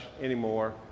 anymore